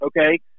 okay